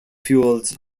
fueled